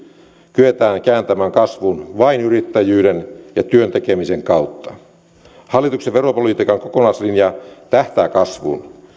kyetään kääntämään kasvuun vain yrittäjyyden ja työn tekemisen kautta hallituksen veropolitiikan kokonaislinja tähtää kasvuun